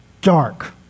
dark